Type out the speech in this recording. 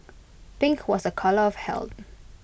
pink was A colour of health